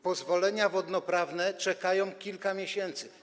Pozwolenia wodnoprawne czekają kilka miesięcy.